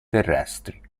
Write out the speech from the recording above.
terrestri